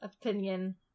opinion